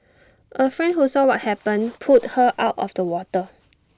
A friend who saw what happened pulled her out of the water